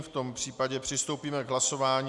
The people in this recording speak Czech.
V tom případě přistoupíme k hlasování.